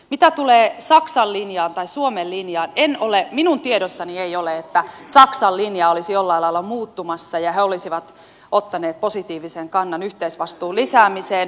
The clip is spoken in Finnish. mitä tulee saksan linjaan tai suomen linjaan minun tiedossani ei ole että saksan linja olisi jollain lailla muuttumassa ja he olisivat ottaneet positiivisen kannan yhteisvastuun lisäämiseen